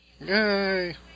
Yay